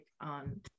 on